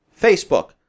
Facebook